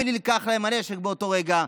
ונלקח להן הנשק באותו רגע,